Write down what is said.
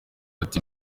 ati